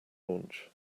launch